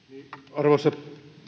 arvoisa